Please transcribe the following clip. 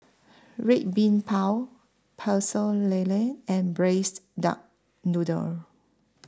Red Bean Bao Pecel Lele and Braised Duck Noodle